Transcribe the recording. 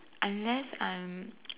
unless I'm